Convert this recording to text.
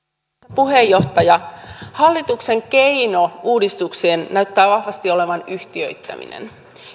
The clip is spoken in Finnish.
puheenjohtaja hallituksen keino uudistuksiin näyttää vahvasti olevan yhtiöittäminen